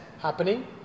happening